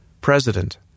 President